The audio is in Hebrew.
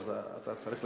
אז אתה צריך,